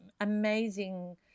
amazing